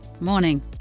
morning